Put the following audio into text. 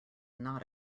not